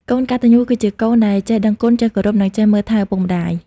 កូនកត្ដញ្ញូ គឺជាកូនដែលចេះដឹងគុណ ចេះគោរព និងចេះមើលថែឪពុកម្តាយ។